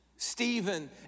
Stephen